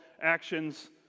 actions